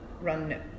run